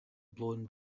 blown